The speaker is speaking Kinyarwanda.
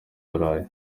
burayi